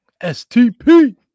STP